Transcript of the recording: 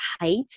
height